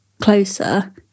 closer